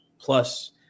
plus